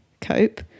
cope